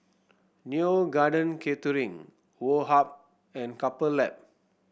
Neo Garden Catering Woh Hup and Couple Lab